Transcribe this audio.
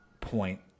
point